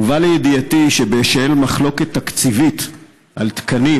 הובא לידיעתי שבשל מחלוקת תקציבית על תקנים